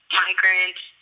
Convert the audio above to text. migrants